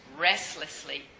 restlessly